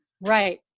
right